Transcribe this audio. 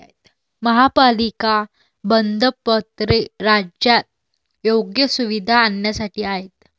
महापालिका बंधपत्रे राज्यात योग्य सुविधा आणण्यासाठी आहेत